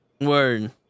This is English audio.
Word